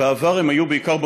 בעבר הם היו בעיקר במסגדים,